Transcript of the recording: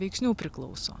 veiksnių priklauso